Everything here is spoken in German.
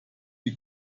die